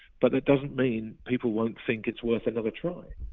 but that doesn't mean people won't think it's worth another try.